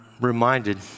reminded